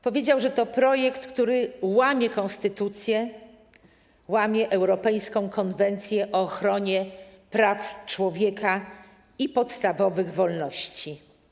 Powiedział, że to jest projekt, który łamie konstytucję, łamie europejską Konwencję o ochronie praw człowieka i podstawowych wolności.